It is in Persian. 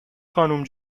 خانوم